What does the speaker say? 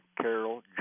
Carol